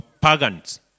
pagans